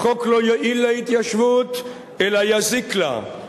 החוק לא יועיל להתיישבות אלא יזיק לה.